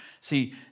See